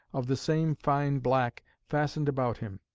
of the same fine black, fastened about him.